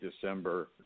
December